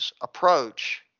approach